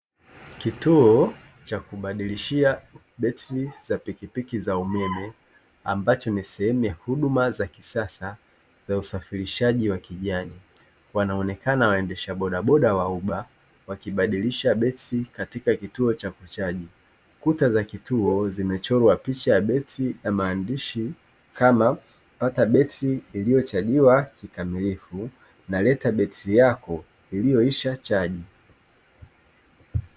Kituop cha kubadilishia betri ya pikipikaza umeme kin